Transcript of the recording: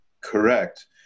correct